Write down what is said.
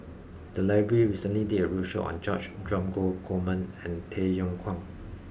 the library recently did a roadshow on George Dromgold Coleman and Tay Yong Kwang